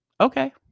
okay